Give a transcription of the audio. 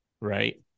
Right